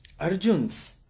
Arjuns